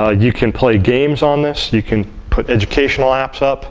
ah you can play games on this. you can put educational apps up